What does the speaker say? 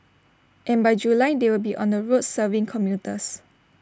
and by July they will be on the roads serving commuters